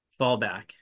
fallback